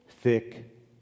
thick